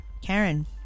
Karen